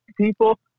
people